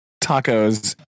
tacos